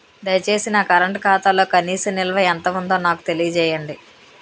దయచేసి నా కరెంట్ ఖాతాలో కనీస నిల్వ ఎంత ఉందో నాకు తెలియజేయండి